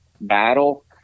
battle